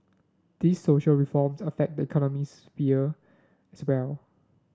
these social reforms affect the economic sphere as well